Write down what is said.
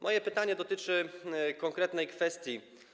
Moje pytanie dotyczy konkretnej kwestii.